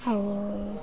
ଆଉ